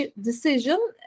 decision